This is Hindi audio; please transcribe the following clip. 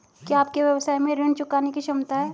क्या आपके व्यवसाय में ऋण चुकाने की क्षमता है?